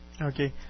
Okay